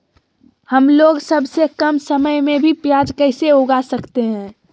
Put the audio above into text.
हमलोग सबसे कम समय में भी प्याज कैसे उगा सकते हैं?